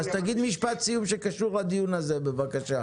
תגיד משפט סיום שקשור לדיון הזה בבקשה.